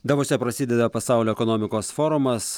davose prasideda pasaulio ekonomikos forumas